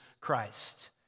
Christ